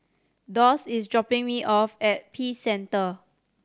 Doss is dropping me off at Peace Centre